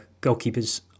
goalkeeper's